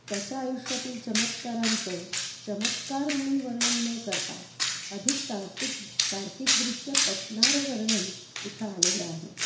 त्याच्या आयुष्यातील चमत्कारांचं चमत्कार म्हणून वर्णन न करता अधिक तार्तिक तार्किकदृष्ट्या पटणारं वर्णन इथं आलेलं आहे